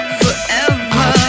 forever